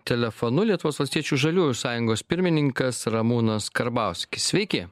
telefonu lietuvos valstiečių žaliųjų sąjungos pirmininkas ramūnas karbauskis sveiki